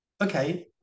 Okay